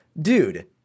Dude